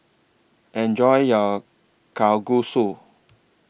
Enjoy your Kalguksu